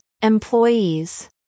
employees